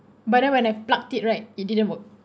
but then when I plugged it right it didn't work